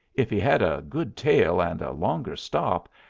if he had a good tail, and a longer stop,